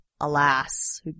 alas